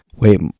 Wait